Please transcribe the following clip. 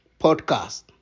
podcast